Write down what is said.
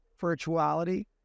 virtuality